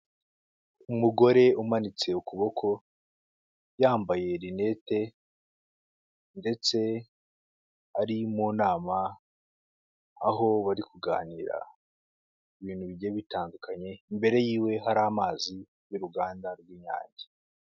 Umugore umanitse ukuboko yambaye rinete ndetse ari mu nama, aho bari kuganira ibintu bigiye bitandukanye, imbere ye hari amazi y'uruganda rw'inyange.